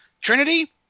Trinity